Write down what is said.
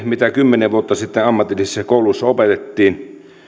mitä kymmenen vuotta sitten ammatillisissa kouluissa opetettiin